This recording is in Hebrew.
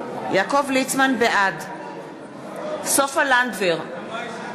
בעד סופה לנדבר,